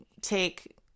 take